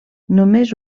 només